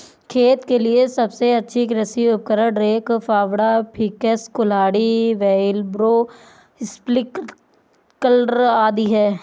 खेत के लिए सबसे अच्छे कृषि उपकरण, रेक, फावड़ा, पिकैक्स, कुल्हाड़ी, व्हीलब्रो, स्प्रिंकलर आदि है